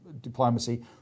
diplomacy